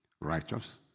righteous